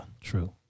true